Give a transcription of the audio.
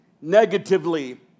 negatively